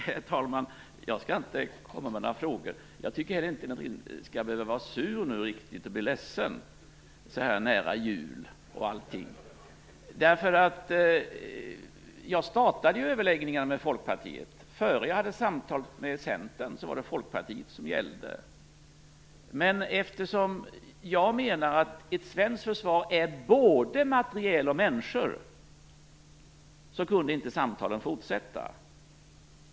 Herr talman! Jag skall inte komma med några frågor. Jag tycker inte att Lennart Rohdin behöver bli sur eller ledsen nu. Så här nära jul och allt! Jag startade ju överläggningar med Folkpartiet. Innan jag hade samtal med Centern var det Folkpartiet som gällde. Men eftersom jag menar att ett svenskt försvar är både materiel och människor kunde inte samtalen fortsätta.